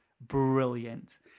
brilliant